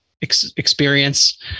experience